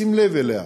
לשים לב אליה,